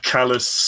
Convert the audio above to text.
Callous